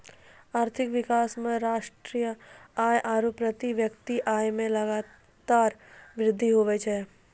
आर्थिक विकास मे राष्ट्रीय आय आरू प्रति व्यक्ति आय मे लगातार वृद्धि हुवै छै